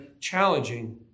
challenging